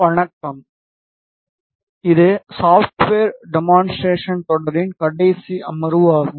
வணக்கம் இது சாப்ட்வேர் டெமான்ஸ்ட்ரசன்களின் தொடரின் கடைசி அமர்வு ஆகும்